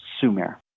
Sumer